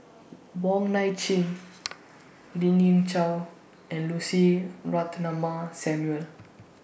Wong Nai Chin Lien Ying Chow and Lucy Ratnammah Samuel